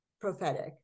prophetic